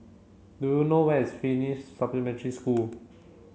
do you know where is Finnish Supplementary School